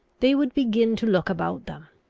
they would begin to look about them.